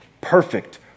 Perfect